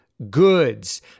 Goods